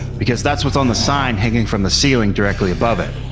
because that's what's on the sign hanging from the ceiling directly above it.